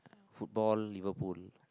football Liverpool